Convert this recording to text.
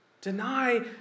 Deny